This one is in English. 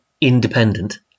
independent